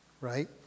right